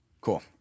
Cool